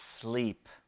sleep